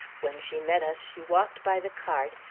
when she met us, she walked by the cart,